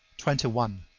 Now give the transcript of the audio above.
twenty one.